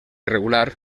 irregular